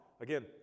Again